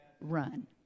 Run